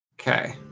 okay